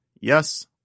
yes